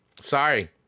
sorry